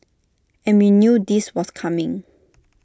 and we knew this was coming